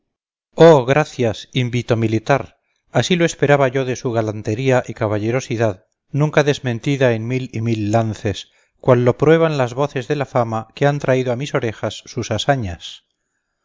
oh gracias invito militar así lo esperaba yo de su galantería y caballerosidad nunca desmentida en mil y mil lances cual lo prueban las voces de la fama que han traído a mis orejas sus hasañas